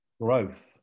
growth